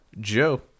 Joe